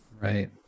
Right